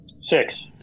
Six